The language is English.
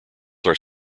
are